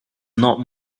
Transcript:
not